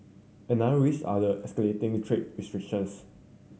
another risk are the escalating trade restrictions